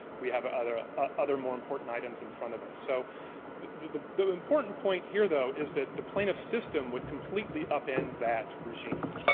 we have ah other other more important items in front of us. so the the important point here, though, is that the plaintiffs' system would completely upend that regime.